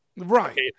Right